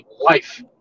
life